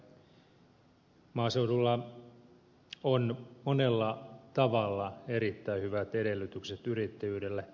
maaseudulla on monella tavalla erittäin hyvät edellytykset yrittäjyydelle